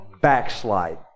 backslide